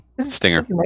Stinger